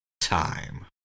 time